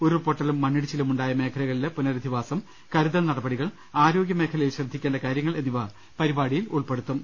ഉരുൾപൊട്ടലും മണ്ണിടിച്ചിലുമുണ്ടായ മേഖലകളിലെ പുനരധിവാസം കരുതൽ നടപടികൾ ആരോഗ്യ മേഖലയിൽ ശ്രദ്ധിക്കേണ്ട കാര്യ ങ്ങൾ എന്നിവ പരിപാടിയിൽ ഉൾപ്പെടുത്തും